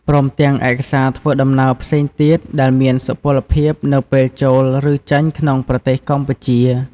ព្រមទាំងឯកសារធ្វើដំណើរផ្សេងទៀតដែលមានសុពលភាពនៅពេលចូលឬចេញក្នុងប្រទេសកម្ពុជា។